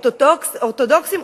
אורתודוקסים,